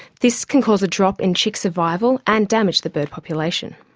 this can cause a drop in chick survival and damage the bird population.